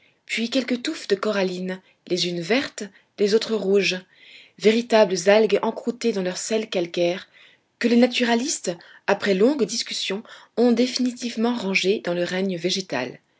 puis quelques touffes de corallines les unes vertes les autres rouges véritables algues encroûtées dans leurs sels calcaires que les naturalistes après longues discussions ont définitivement rangées dans le règne végétal